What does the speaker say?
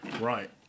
Right